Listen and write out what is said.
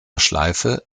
schleife